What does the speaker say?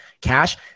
Cash